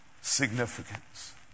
significance